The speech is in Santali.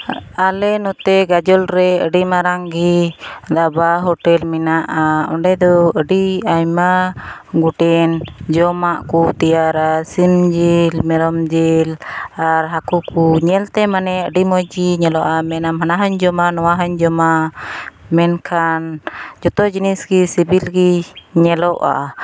ᱟᱞᱮ ᱱᱚᱛᱮ ᱜᱟᱡᱚᱞ ᱨᱮ ᱟᱹᱰᱤ ᱢᱟᱨᱟᱝ ᱜᱮ ᱫᱷᱟᱵᱟ ᱦᱳᱴᱮᱞ ᱢᱮᱱᱟᱜᱼᱟ ᱚᱸᱰᱮ ᱫᱚ ᱟᱹᱰᱤ ᱟᱭᱢᱟ ᱜᱚᱴᱮᱱ ᱡᱚᱢᱟᱜ ᱠᱚ ᱛᱮᱭᱟᱨᱟ ᱥᱤᱢ ᱡᱤᱞ ᱢᱮᱨᱚᱢ ᱡᱤᱞ ᱟᱨ ᱦᱟᱹᱠᱩ ᱠᱚ ᱧᱮᱞᱛᱮ ᱢᱟᱱᱮ ᱟᱹᱰᱤ ᱢᱚᱡᱽ ᱜᱮ ᱧᱮᱞᱚᱜᱼᱟ ᱢᱮᱱᱟᱢ ᱦᱟᱱᱟ ᱦᱚᱸᱧ ᱡᱚᱢᱟ ᱱᱚᱣᱟ ᱦᱚᱸᱧ ᱡᱚᱢᱟ ᱢᱮᱱᱠᱷᱟᱱ ᱡᱚᱛᱚ ᱡᱤᱱᱤᱥ ᱜᱮ ᱥᱤᱵᱤᱞ ᱜᱮ ᱧᱮᱞᱚᱜᱼᱟ